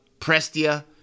Prestia